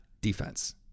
defense